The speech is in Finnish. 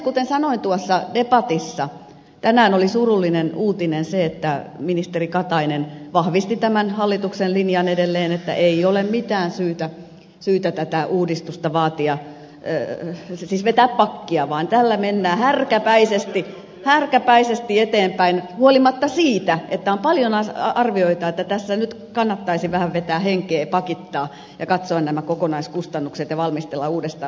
kuten sanoin tuossa debatissa tänään oli surullinen uutinen se että ministeri katainen vahvisti tämän hallituksen linjan edelleen että ei ole mitään syytä sitä tätä uudistusta vaatia ey vetää pakkia vaan tällä mennään härkäpäisesti eteenpäin huolimatta siitä että on paljon arvioita että tässä nyt kannattaisi vähän vetää henkeä pakittaa ja katsoa nämä kokonaiskustannukset ja valmistella uudestaan